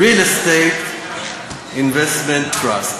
Real Estate Investment Trust.